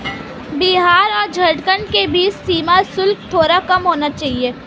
बिहार और झारखंड के बीच सीमा शुल्क थोड़ा कम होना चाहिए